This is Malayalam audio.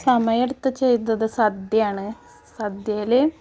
സമയം എടുത്ത് ചെയ്തത് സദ്യ ആണ് സദ്യയിൽ